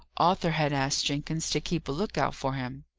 arthur had asked jenkins to keep a look-out for him.